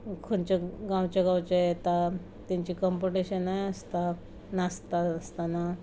खंयच्या गांवचे गांवचे येता तेंचीं कंपीटिशनाय आसता नाचता आसतना